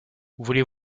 voulez